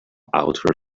outer